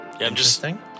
Interesting